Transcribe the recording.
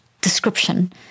description